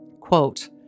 quote